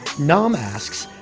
nam asks,